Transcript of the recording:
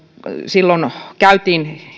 silloin käytiin